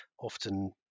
often